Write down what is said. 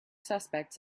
suspects